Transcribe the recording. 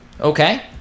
Okay